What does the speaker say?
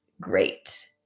great